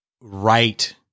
Right